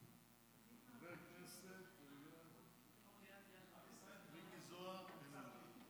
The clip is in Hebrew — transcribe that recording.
אבל הנאום שלך היה כל כך משכנע, וגם של יריב לוין,